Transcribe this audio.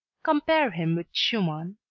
compare him with schumann,